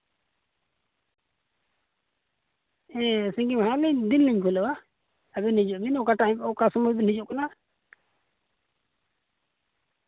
ᱦᱮᱸ ᱥᱤᱸᱜᱤ ᱢᱟᱦᱟ ᱟᱹᱞᱤᱧ ᱫᱤᱱ ᱞᱤᱧ ᱠᱷᱩᱞᱟᱹᱣᱟ ᱟᱹᱵᱤᱱ ᱦᱤᱡᱩᱜ ᱵᱤᱱ ᱚᱠᱟ ᱴᱟᱭᱤᱢ ᱚᱠᱟ ᱥᱚᱢᱚᱭ ᱵᱤᱱ ᱦᱤᱡᱩᱜ ᱠᱟᱱᱟ